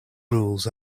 rules